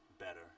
better